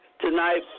tonight